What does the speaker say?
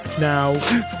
Now